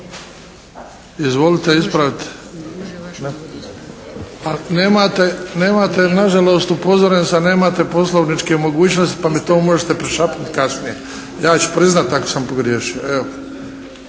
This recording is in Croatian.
Izvolite ispraviti. Nemate nažalost, upozoren sam, nemate poslovničke mogućnosti pa mi to možete prišapnuti kasnije. Ja ću priznati ako sam pogriješio.